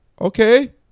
Okay